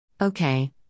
Okay